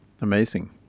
amazing